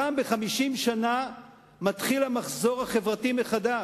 פעם ב-50 שנה מתחיל המחזור החברתי מחדש.